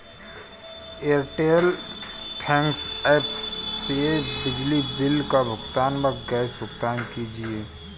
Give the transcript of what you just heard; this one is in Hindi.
एयरटेल थैंक्स एप से बिजली बिल का भुगतान व गैस भुगतान कीजिए